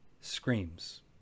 Screams